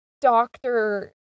doctor